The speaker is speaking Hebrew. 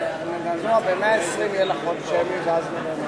נגד, 57. ההסתייגות של סיעת מרצ לא התקבלה.